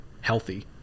healthy